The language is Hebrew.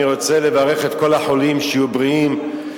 אני רוצה לברך את כל החולים שיהיו בריאים,